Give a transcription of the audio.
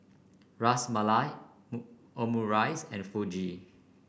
Ras Malai Omurice and Fugu